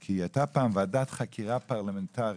כי הייתה פעם ועדת חקירה פרלמנטרית,